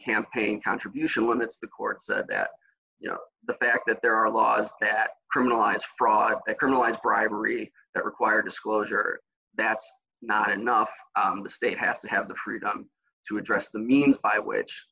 campaign contribution limits the court said that you know the fact that there are laws that criminalize fraud that kernel as bribery that require disclosure that's not enough the state has to have the freedom to address the means by which